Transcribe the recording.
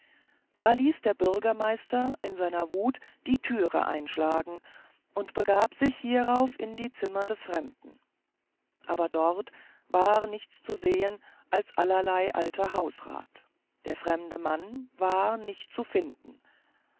da ließ der bürgermeister in seiner wut die türe einschlagen und begab sich hierauf in die zimmer des fremden aber dort war nichts zu sehen als allerlei alter hausrat der fremde mann war nicht zu finden